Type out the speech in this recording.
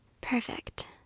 Perfect